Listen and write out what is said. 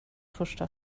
första